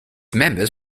members